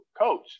coach